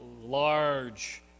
Large